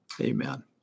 Amen